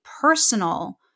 personal